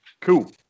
Cool